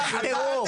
תומך טרור.